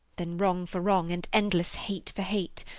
then wrong for wrong and endless hate for hate